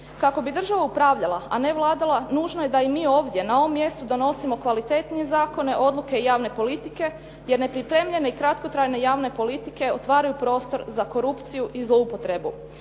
Kako bi država upravljala, a ne vladala nužno je da i mi ovdje na ovom mjestu donosimo kvalitetnije zakone, odluke i javne politike, jer nepripremljene i kratkotrajne javne politike otvaraju prostor za korupciju i zloupotrebu.